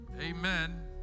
amen